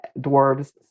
dwarves